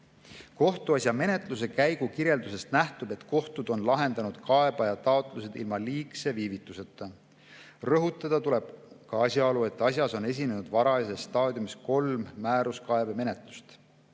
Kohtuasja menetluse käigu kirjeldusest nähtub, et kohtud on lahendanud kaebaja taotlused ilma liigse viivituseta. Rõhutada tuleb ka asjaolu, et asjas on esinenud varajases staadiumis kolm määruskaebemenetlust,